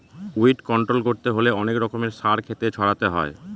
weed control করতে হলে অনেক রকমের সার ক্ষেতে ছড়াতে হয়